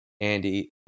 Andy